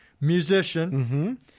Musician